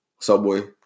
Subway